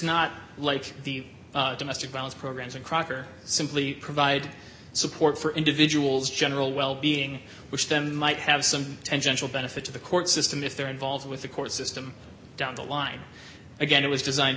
not like the domestic violence programs and crocker simply provide support for individuals general wellbeing which then might have some tangential benefit to the court system if they're involved with the court system down the line again it was designed